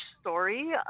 story